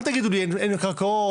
אל תגידו לי "אין קרקעות,